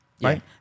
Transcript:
right